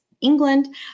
England